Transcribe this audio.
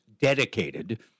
dedicated